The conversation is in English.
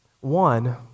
One